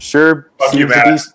Sure